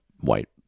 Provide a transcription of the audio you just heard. white